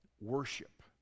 worship